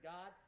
God